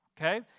okay